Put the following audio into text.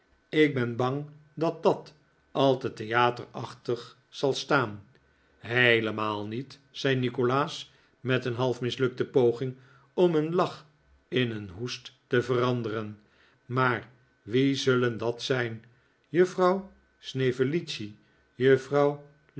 ik ben bang dat dat al te theaterachtig zal staan heelemaal niet zei nikolaas met een half mislukte poging om een lach in een hoest te veranderen maar wie zullen dat zijn juffrouw